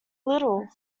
little